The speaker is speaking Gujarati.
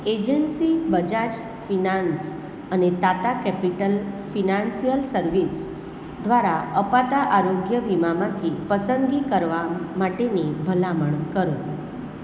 agency Bajaj finance Tata capital financial service દ્વારા અપાતા આરોગ્ય વીમામાંથી પસંદગી કરવાં માટેની ભલામણ કરો